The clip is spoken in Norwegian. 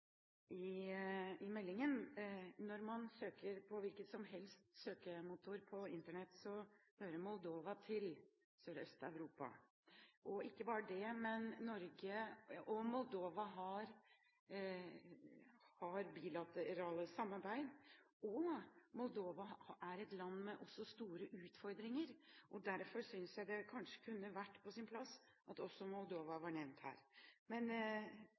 meldingen. Når man søker på en hvilken som helst søkemotor på Internett, hører Moldova til Sørøst-Europa. Og ikke bare det – Norge og Moldova har bilateralt samarbeid. Moldova er også et land med store utfordringer. Derfor synes jeg det kunne være på sin plass at også Moldova var nevnt her, men